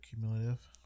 cumulative